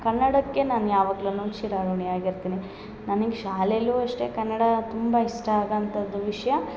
ಕನ್ನಡಕ್ಕೆ ನಾನು ಯಾವಾಗಲೂನು ಚಿರಋಣಿ ಆಗಿರ್ತೀನಿ ನನಗೆ ಶಾಲೇಲು ಅಷ್ಟೇ ಕನ್ನಡ ತುಂಬ ಇಷ್ಟ ಆಗೊವಂಥದ್ದು ವಿಷಯ